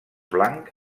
blanc